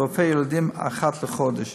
ורופא ילדים אחת לחודש.